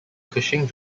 cushing